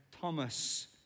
Thomas